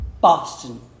Boston